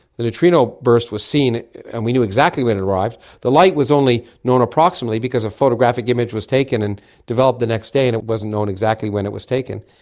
the neutrino burst was seen and we knew exactly when it arrived. the light was only known approximately because a photographic image was taken and developed the next day and it wasn't known exactly when it was taken.